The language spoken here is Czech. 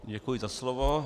Děkuji za slovo.